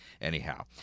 Anyhow